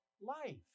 life